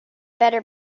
better